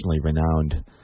renowned